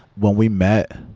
when we met,